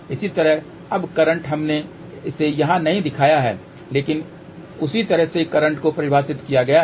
इसी तरह अब करंट हमने इसे यहां नहीं दिखाया है लेकिन उसी तरह से करंट को परिभाषित किया गया है